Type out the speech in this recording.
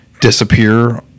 disappear